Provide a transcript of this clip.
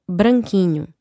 branquinho